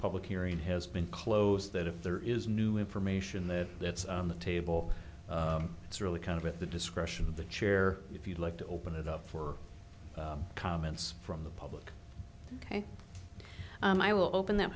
public hearing has been closed that if there is new information that it's on the table it's really kind of at the discretion of the chair if you'd like to open it up for comments from the public and i will open that